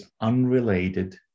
unrelated